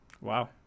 Wow